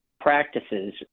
practices